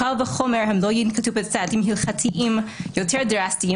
קל וחומר הם לא ינקטו בצעדים הלכתיים יותר דרסטיים.